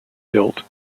built